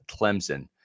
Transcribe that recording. Clemson